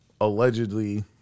allegedly